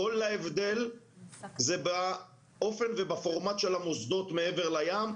כל ההבדל זה באופן ובפורמט של המוסדות מעבר לים,